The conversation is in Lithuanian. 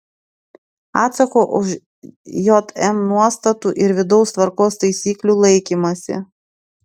atsako už jm nuostatų ir vidaus tvarkos taisyklių laikymąsi